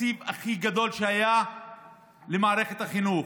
התקציב הכי גדול שהיה למערכת החינוך.